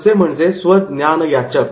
पुढचे म्हणजे स्व ज्ञान याचक